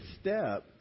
step